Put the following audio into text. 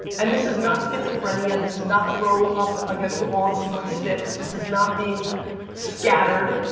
and this is not schizophrenia, this is not throw up against the wall and see what sticks, this is not being scattered,